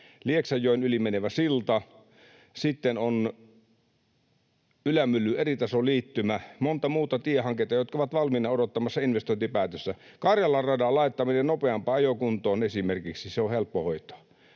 Lieksanjoen yli menevä silta, sitten on Ylämyllyn eritasoliittymä, monta muuta tiehanketta — jotka ovat valmiina odottamassa investointipäätöstä. Karjalan radan laittaminen nopeampaan ajokuntoon esimerkiksi: se on helppo hoitaa.